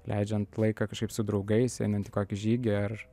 leidžiant laiką kažkaip su draugais einant į kokį žygį ar